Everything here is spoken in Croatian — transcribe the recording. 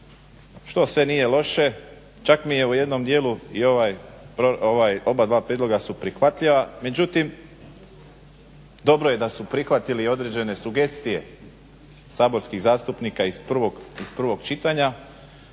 što sve nije loše. Čak mi je u jednom dijelu i ovaj, obadva prijedloga su prihvatljiva, međutim dobro je da su prihvatili određene sugestije saborskih zastupnika iz prvog čitanja,